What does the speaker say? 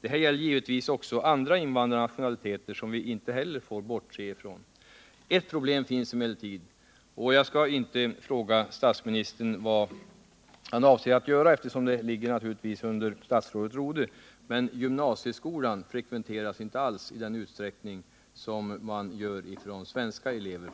Det här gäller givetvis också andra invandrarnationaliteter, som vi inte heller får bortse ifrån. Ett problem finns emellertid, men jag skall inte fråga statsministern om vad han avser att göra för att lösa det, eftersom frågan hör till statsrådet Rodhes område. Problemet är att gymnasieskolan inte alls frekventeras av invandrarbarnen i samma utsträckning som av de svenska eleverna.